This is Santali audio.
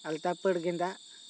ᱟᱞᱛᱟ ᱯᱟᱹᱲ ᱜᱮᱫᱟᱜ